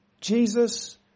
Jesus